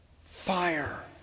Fire